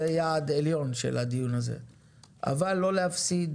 זה יעד עליון של הדיון הזה אבל לא להפסיד